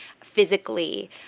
physically